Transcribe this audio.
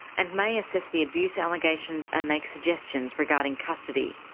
and may assess the abuse allegations and make suggestions regarding custody.